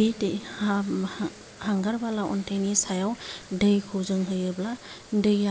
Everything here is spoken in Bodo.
बे दै हा हांगार बाला अन्थाइनि सायाव दैखौ जों होयोब्ला दैआ